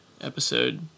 episode